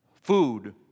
Food